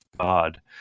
God